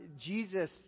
Jesus